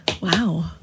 Wow